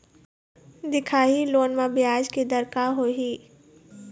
दिखाही लोन म ब्याज के दर का होही?